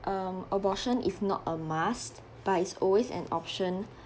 um abortion is not a must but it's always an option